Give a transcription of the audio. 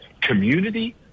community